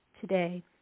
today